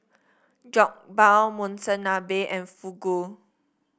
Jokbal Monsunabe and Fugu